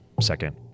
second